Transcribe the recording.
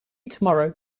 tomorrow